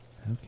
Okay